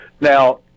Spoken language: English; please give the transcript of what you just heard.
Now